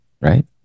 right